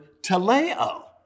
teleo